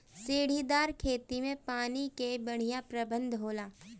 सीढ़ीदार खेती में पानी कअ बढ़िया प्रबंध होला